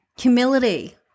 Humility